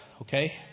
okay